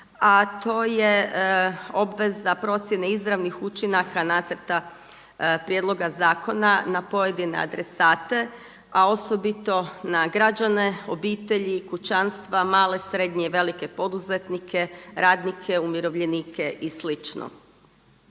a to je obveza procjene izravnih učinaka nacrta prijedloga zakona na pojedine adresate a osobito na građane, obitelji, kućanstva, male, srednje i velike poduzetnike, radnike, umirovljenike i